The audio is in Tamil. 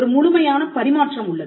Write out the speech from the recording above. ஒரு முழுமையான பரிமாற்றம் உள்ளது